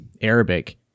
Arabic